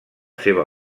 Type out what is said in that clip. seva